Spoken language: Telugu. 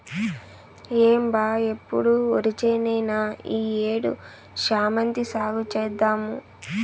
ఏం బా ఎప్పుడు ఒరిచేనేనా ఈ ఏడు శామంతి సాగు చేద్దాము